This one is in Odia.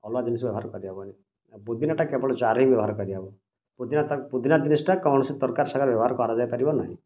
ଅଲଗା ଜିନିଷରେ ବ୍ୟବହାର କରିହେବନି ପୁଦିନାଟା କେବଳ ଚା'ରେ ହିଁ ବ୍ୟବହାର କରିହେବ ପୁଦିନା ତାକୁ ପୁଦିନା ଜିନିଷଟା କୌଣସି ତରକାରୀ ସାଙ୍ଗରେ ବ୍ୟବହାର କରାଯାଇପାରିବ ନାହିଁ